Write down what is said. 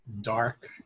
dark